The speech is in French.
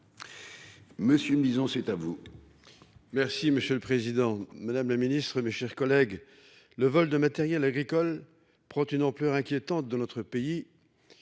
Monsieur disons c'est à vous.